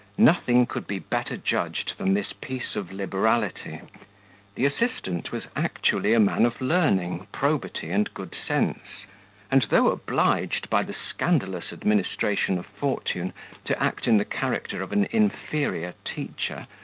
nothing could be better judged than this piece of liberality the assistant was actually a man of learning, probity, and good sense and though obliged by the scandalous administration of fortune to act in the character of an inferior teacher,